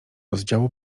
rozdziału